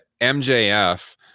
MJF